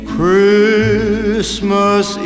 Christmas